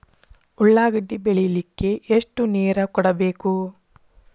ಉಳ್ಳಾಗಡ್ಡಿ ಬೆಳಿಲಿಕ್ಕೆ ಎಷ್ಟು ನೇರ ಕೊಡಬೇಕು?